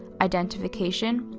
identification,